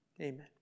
amen